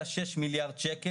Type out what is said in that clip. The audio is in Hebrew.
והפריפריה חולה יותר והפנימיות שם